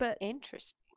Interesting